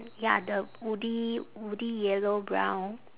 ya the woody woody yellow brown